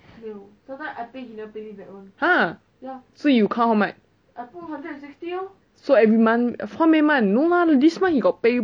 !huh! so you count how much so every month for how many month no lah this month he got pay you